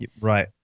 Right